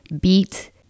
beat